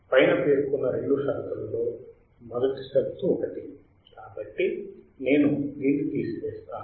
పైన పేర్కొన్న రెండు షరతులలో మొదటి షరతు ఒకటి కాబట్టి నేను దీన్ని తీసివేస్తాను